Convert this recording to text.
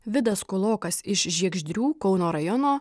vidas kūlokas iš žiegždrių kauno rajono